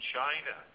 China